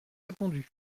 répondu